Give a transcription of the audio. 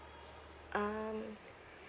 um